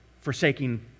forsaking